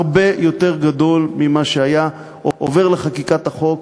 הרבה יותר גדול ממה שהיה עובר לחקיקת החוק